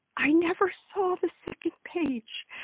i never saw the second page!